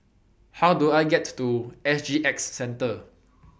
How Do I get to S G X Centre